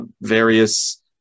various